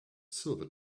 silver